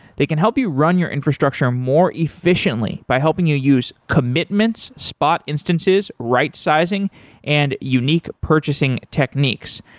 they can help you run your infrastructure more efficiently by helping you use commitments, spot instances, right sizing and unique purchasing techniques.